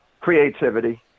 Creativity